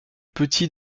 petits